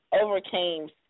overcame